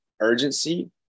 urgency